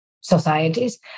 societies